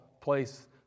place